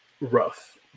rough